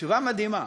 תשובה מדהימה: